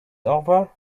over